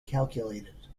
calculated